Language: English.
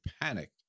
panicked